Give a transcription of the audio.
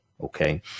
okay